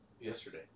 Yesterday